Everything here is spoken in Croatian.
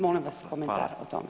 Molim vas komentar o tome.